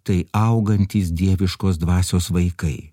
tai augantys dieviškos dvasios vaikai